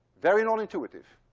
very nonintuitive,